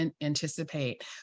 anticipate